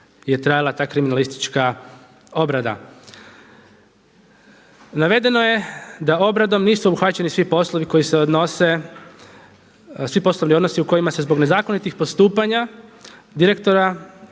je trajala ta kriminalistička obrada. Navedeno je da obradom nisu obuhvaćeni svi poslovni odnosi u kojima se zbog nezakonitih postupanja direktora